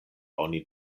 oni